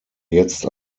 jetzt